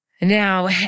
Now